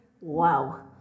Wow